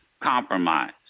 compromise